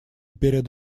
перед